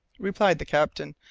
replied the captain,